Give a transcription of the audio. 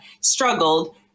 struggled